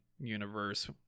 universe